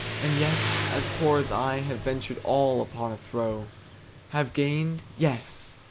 and yet, as poor as i have ventured all upon a throw have gained! yes!